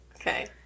okay